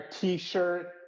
t-shirt